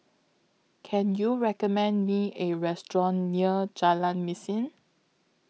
Can YOU recommend Me A Restaurant near Jalan Mesin